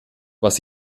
was